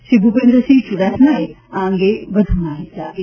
શ્રી ભૂપેન્દ્રસિંહ ચુડાસમાએ આ અંગે વધુ માહિતી આપી